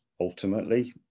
ultimately